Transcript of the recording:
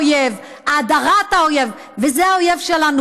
אהבת האויב, האדרת האויב, וזה האויב שלנו.